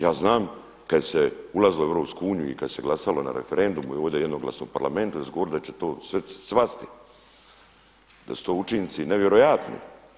Ja znam kad se ulazilo u EU i kad se glasalo na referendumu i ovdje jednoglasno u parlamentu, da su govorili da će to cvasti, da su to učinci nevjerojatni.